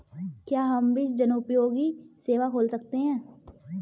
क्या हम भी जनोपयोगी सेवा खोल सकते हैं?